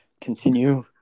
continue